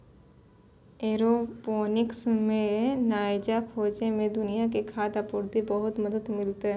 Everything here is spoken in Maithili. एयरोपोनिक्स मे नयका खोजो से दुनिया के खाद्य आपूर्ति मे बहुते मदत मिलतै